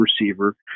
receiver